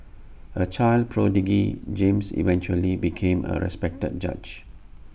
A child prodigy James eventually became A respected judge